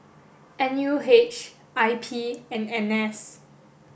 N U H I P and N S